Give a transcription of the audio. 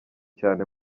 cyane